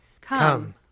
Come